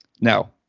Now